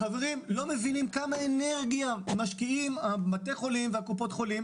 החברים לא מבינים כמה אנרגיה משקיעים בתי החולים וקופות החולים